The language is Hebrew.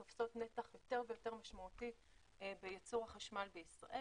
תופסות נתח יותר ויותר משמעותי בייצור חשמל בישראל.